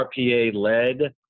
RPA-led